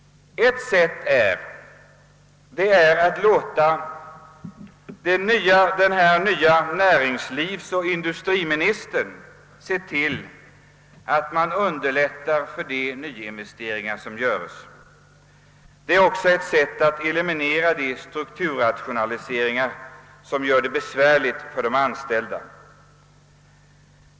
Ett sätt är att låta den aviserade nye ministern för näringsliv och industri se till att nya investeringar underlättas. Det är också ett sätt att eliminera de strukturrationaliseringar som gör det besvärligt för de anställda.